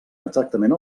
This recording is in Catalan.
exactament